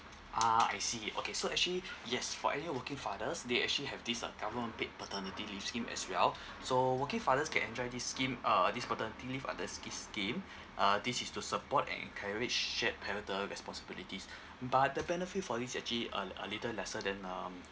ah I see okay so actually yes for any working fathers they actually have this uh government paid paternity leave scheme as well so working fathers can enjoy this scheme uh this paternity leave uh this sche~ scheme uh this is to support and encourage shared parental responsibilities but the benefit for this actually a l~ a little lesser than um